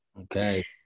Okay